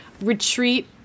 retreat